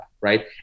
right